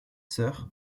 sœur